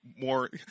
more